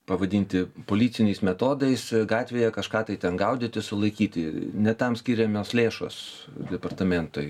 pavadinti policiniais metodais gatvėje kažką tai ten gaudyti sulaikyti ne tam skiriamios lėšos departamentui